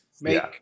make